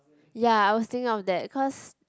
ya I was thinking of that cause